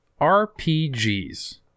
RPGs